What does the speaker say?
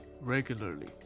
regularly